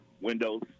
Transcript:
Windows